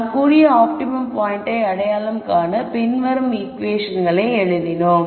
நாம் கூறிய ஆப்டிமம் பாய்ண்டை அடையாளம் காண பின்வரும் ஈகுவேஷன்களை எழுதினோம்